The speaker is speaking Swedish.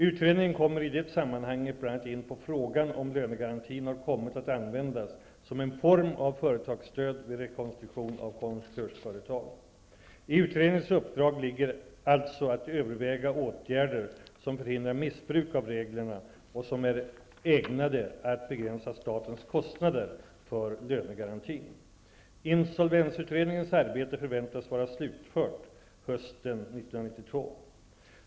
Utredningen kommer i det sammanhanget bl.a. in på frågan, om lönegarantin har kommit att användas som en form av företagsstöd vid rekonstruktion av konkursföretag. I utredningens uppdrag ligger alltså att överväga åtgärder som förhindrar missbruk av reglerna och som är ägnade att begränsa statens konstnader för lönegarantin. Insolvensutredningens arbete förväntas vara slutfört hösten 1992.